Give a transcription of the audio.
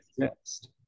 exist